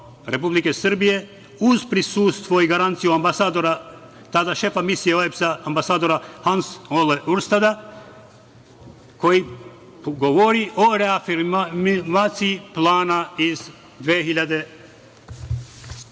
Republike Srbije, uz prisustvo i garanciju ambasadora tada šefa misije OEBS-a, Hans Ole Urstada, koji govori o reafirmaciji plana iz 2001.